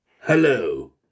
Hello